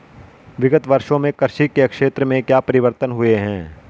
विगत वर्षों में कृषि के क्षेत्र में क्या परिवर्तन हुए हैं?